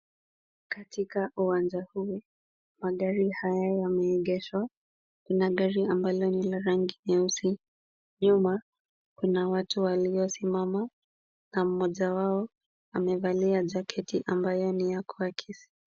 Katika uwanja huu, magari haya yameegeshwa. Na gari ambalo ni la rangi nyeusi, nyuma kuna watu waliosimama na mmoja wao amevalia jaketi ambayo ni ya kuakisi.